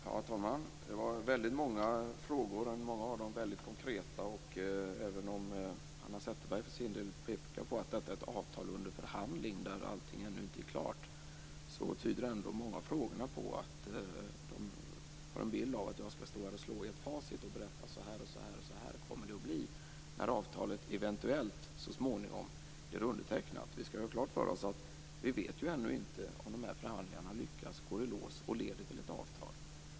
Herr talman! Det var väldigt många frågor. Många av dem var mycket konkreta. Även om Hanna Zetterberg för sin del pekade på att detta är ett avtal under förhandling där allting ännu inte är klart, tyder ändå många av frågorna på att ni har en bild av att jag skall stå här och slå i ett facit och berätta att så här kommer det att bli när avtalet eventuellt så småningom blir undertecknat. Vi skall ju ha klart för oss att vi ännu inte vet om de här förhandlingar går i lås och leder till ett avtal.